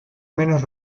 menos